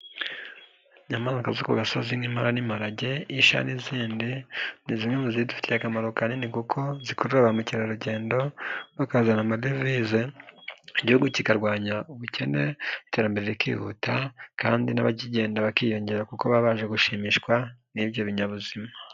Inyamaswa zo ku gasozi, nk'impara n'imparage, isha n'izindi ni zimwe mu zidufitiye akamaro kanini, kuko zikurura ba mukerarugendo, bakazana amadevize, igihugu kikarwanya ubukene n'iterambere rikihuta, kandi n'abakigenda bakiyongera, kuko baba baje gushimishwa n'ibyo binyabuzima.